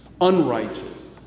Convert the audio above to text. unrighteous